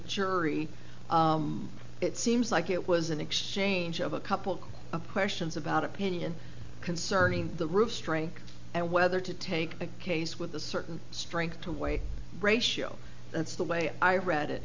jury it seems like it was an exchange of a couple of questions about opinion concerning the roof strength and whether to take a case with a certain strength to weight ratio that's the way i read it